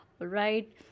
right